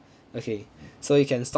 okay so you can